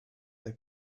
they